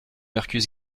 mercus